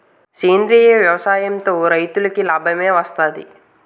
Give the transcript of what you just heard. సేంద్రీయ వ్యవసాయం తో రైతులకి నాబమే వస్తది